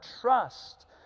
trust